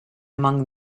along